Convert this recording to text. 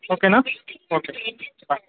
ఓకేనా okay bye